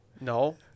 No